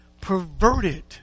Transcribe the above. perverted